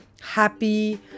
Happy